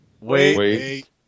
wait